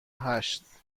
هشت